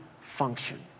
function